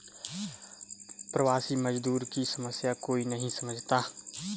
प्रवासी मजदूर की समस्या कोई नहीं समझता